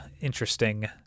interesting